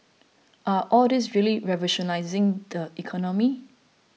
are all these really revolutionising the economy